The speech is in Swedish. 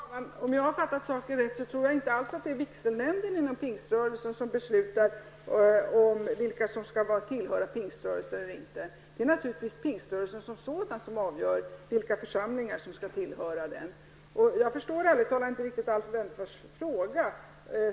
Herr talman! Jag tror inte alls, om jag nu har fattat saken rätt, att det är vigselnämnden inom pingströrelsen som fattar beslut om vilka som skall tillhöra pingströrelsen eller inte. Det är naturligtvis pingströrelsen som sådan som avgör vilka församlingar som skall tillhöra pingströrelsen. Ärligt talat förstår jag inte riktigt Alf Wennerfors fråga.